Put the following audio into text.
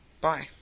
Bye